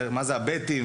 תסביר מה זה ה"בטים".